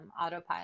autopilot